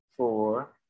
Four